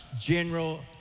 General